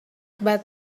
but